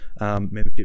membership